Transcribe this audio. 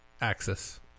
axis